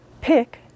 Pick